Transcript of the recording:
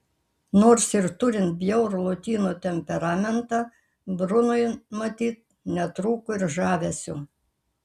nors ir turint bjaurų lotynų temperamentą brunui matyt netrūko ir žavesio